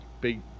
Big